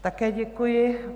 Také děkuji.